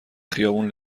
خیابون